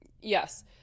Yes